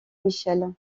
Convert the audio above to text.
michel